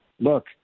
look